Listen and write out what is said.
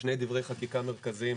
לשני דברי חקיקה מרכזיים,